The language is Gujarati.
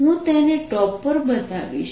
હું તેને ટોપ પર બતાવીશ